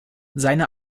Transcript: seine